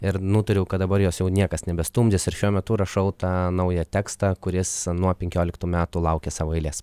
ir nutariau kad dabar jos jau niekas nebestumdys ir šiuo metu rašau tą naują tekstą kuris nuo penkioliktų metų laukia savo eilės